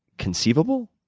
conceivable,